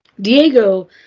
Diego